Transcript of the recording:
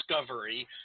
discovery